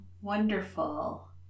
wonderful